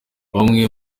bamwe